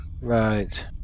Right